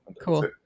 cool